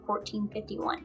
1451